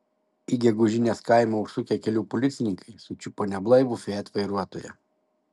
į gegužinės kaimą užsukę kelių policininkai sučiupo neblaivų fiat vairuotoją